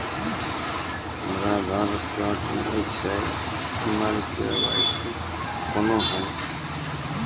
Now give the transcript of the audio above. हमरा आधार कार्ड नई छै हमर के.वाई.सी कोना हैत?